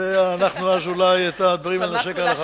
ואנחנו אז אולי נעשה את הדברים כהלכה.